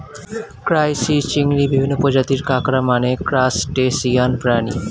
crisis, চিংড়ি, বিভিন্ন প্রজাতির কাঁকড়া মানে ক্রাসটেসিয়ান প্রাণী